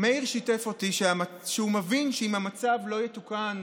מאיר שיתף אותי שהוא מבין שאם המצב לא יתוקן,